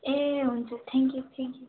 ए हुन्छ thank you thank you